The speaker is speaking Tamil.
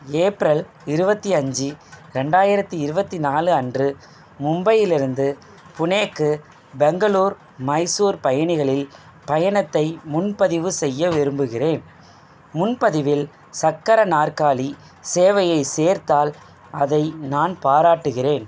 ஏப்ரல் இருபத்தி அஞ்சு ரெண்டாயிரத்தி இருபத்தி நாலு அன்று மும்பையிலிருந்து புனேக்கு பெங்களூர் மைசூர் பயணிகளில் பயணத்தை முன்பதிவு செய்ய விரும்புகிறேன் முன்பதிவில் சக்கர நாற்காலி சேவையைச் சேர்த்தால் அதை நான் பாராட்டுகிறேன்